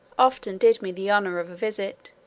often did me the honour of a visit,